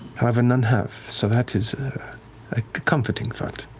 however none have, so that is a comforting thought,